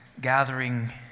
gathering